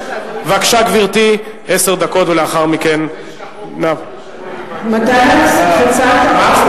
בבקשה, גברתי, עשר דקות, זה שהחוק הגיע, סליחה?